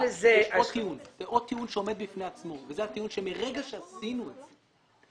עוד טיעון שעומד בפני עצמו וזה הטיעון שמרגע שעשינו את זה,